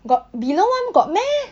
got below [one] got meh